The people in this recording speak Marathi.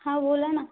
हां बोला ना